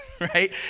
right